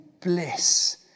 bliss